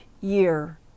year